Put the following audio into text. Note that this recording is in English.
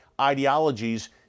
ideologies